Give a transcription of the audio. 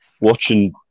watching